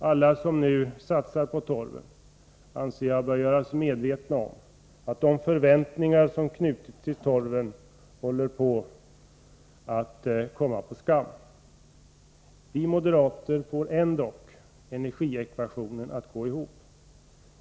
Alla som nu satsar på torven anser jag bör göras medvetna om att de förväntningar som knutits till torven håller på att komma på skam. Vi moderater får ändock energiekvationen att gå ihop.